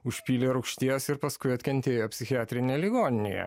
užpylė rūgšties ir paskui atkentėjo psichiatrinėj ligoninėje